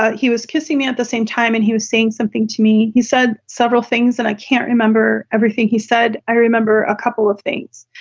ah he was kissing me at the same time and he was saying something to me he said several things that i can't remember. everything he said. i remember a couple of things.